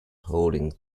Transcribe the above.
holding